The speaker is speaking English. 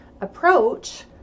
approach